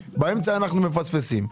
באמצע אנחנו מפספסים,